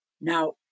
Now